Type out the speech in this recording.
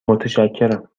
متشکرم